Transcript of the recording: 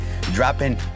dropping